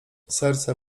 serce